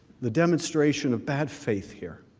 the demonstration of bad faith here